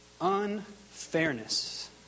unfairness